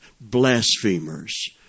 blasphemers